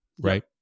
right